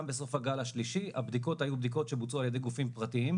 גם בסוף הגל השלישי הבדיקות היו בדיקות שבוצעו על ידי גופים פרטיים,